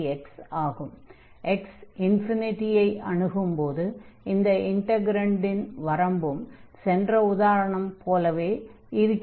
x ∞ ஐ அணுகும்போது இந்த இன்டக்ரன்டின் வரம்பும் சென்ற உதாரணம் போலவே இருக்கிறது